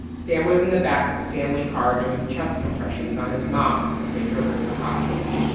sam was in the back of the family car doing chest compressions on his mom as they drove her to the hospital.